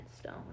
stone